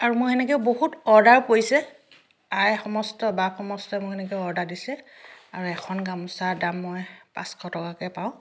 আৰু মই সেনেকেও বহুত অৰ্ডাৰো পৰিছে আই সমষ্ট বাপ সমষ্টই মোক এনেকৈ অৰ্ডাৰ দিছে আৰু এখন গামোচাৰ দাম মই পাঁচশ টকাকৈ পাওঁ